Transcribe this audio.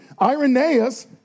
Irenaeus